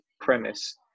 premise